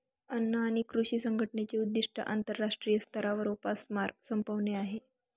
अन्न आणि कृषी संघटनेचे उद्दिष्ट आंतरराष्ट्रीय स्तरावर उपासमार संपवणे आहे